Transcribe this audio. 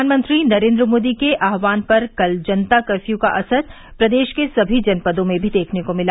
प्रधानमंत्री नरेन्द्र मोदी के आहवान पर कल जनता कर्फ्यू का असर प्रदेश के सभी जनपदों में भी देखने को मिला